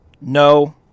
no